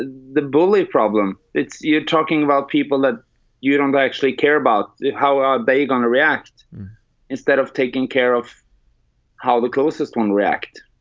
ah the bully problem, you're talking about people that you don't actually care about how are they going to react instead of taking care of how the closest one react